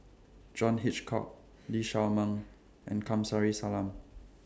John Hitchcock Lee Shao Meng and Kamsari Salam